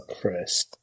Chris